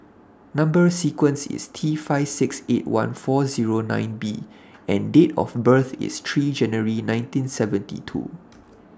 Number sequence IS T five six eight one four nine B and Date of birth IS three January nineteen seventy two